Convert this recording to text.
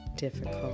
difficult